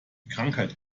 krankheit